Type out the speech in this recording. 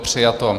Přijato.